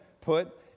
Put